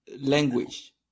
language